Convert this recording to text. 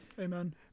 Amen